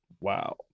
wow